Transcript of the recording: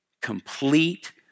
Complete